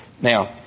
Now